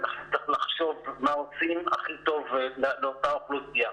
וצריך לחשוב מה עושים הכי טוב לאותה אוכלוסייה.